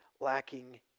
lacking